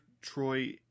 Troy